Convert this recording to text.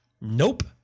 nope